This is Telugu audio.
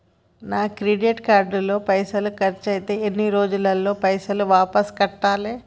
క్రెడిట్ కార్డు లో పైసల్ ఖర్చయితే ఎన్ని రోజులల్ల పైసల్ వాపస్ కట్టాలే?